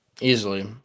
easily